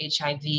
HIV